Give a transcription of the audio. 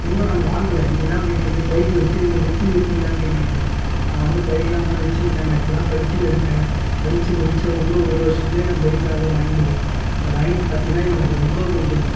இன்னும் நான் வாங்கலை நீங்கள் என்ன கேட்டிருக்கீங்க பைக் வெச்சிருக்க வெச்சுனு இருக்கிங்களானு கேட்டிருக்கிறீங்க நான் வந்து பைக்குலாம் இன்னும் வச்சுனு இல்லை நான் இப்போ தான் படிச்சுனு இருக்கேன் படித்து முடிச்சவுடன ஒரு வருஷத்திலேயே நான் பைக் அது வாங்கிவிடுவேன் அது வாங்கிவிட்டு பார்த்திங்கனா எனக்கு அது ரொம்ப கொஞ்சம்